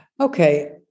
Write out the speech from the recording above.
Okay